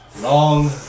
Long